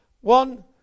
one